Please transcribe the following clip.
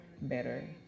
better